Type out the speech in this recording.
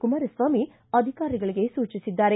ಕುಮಾರಸ್ನಾಮಿ ಅಧಿಕಾರಿಗಳಿಗೆ ಸೂಚಿಸಿದ್ದಾರೆ